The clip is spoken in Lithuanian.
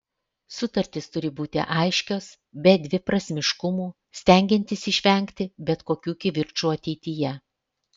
sutartys turi būti aiškios be dviprasmiškumų stengiantis išvengti bet kokių kivirčų ateityje